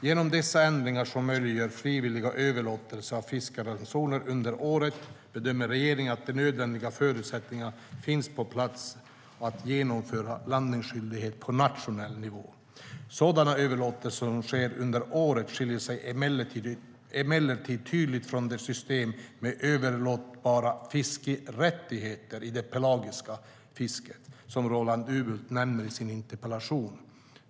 Genom dessa ändringar, som möjliggör frivilliga överlåtelser av fiskeransoner under året, bedömer regeringen att de nödvändiga förutsättningarna finns på plats för att genomföra landningsskyldigheten på nationell nivå. Sådana överlåtelser som sker under året skiljer sig emellertid tydligt från det system med överlåtbara fiskerättigheter i det pelagiska fisket som Roland Utbult nämner i sin interpellation.